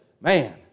man